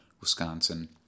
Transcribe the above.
Wisconsin